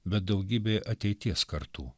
bet daugybei ateities kartų